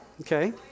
okay